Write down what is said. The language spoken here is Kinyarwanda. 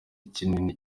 kinini